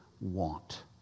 want